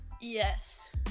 Yes